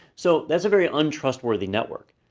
so that's a very untrustworthy network.